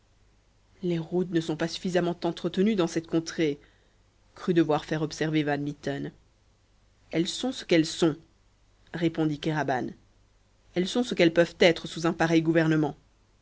les routes ne sont pas suffisamment entretenues dans cette contrée crut devoir faire observer van mitten elles sont ce qu'elles sont répondit kéraban elles sont ce qu'elles peuvent être sous un pareil